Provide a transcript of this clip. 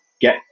get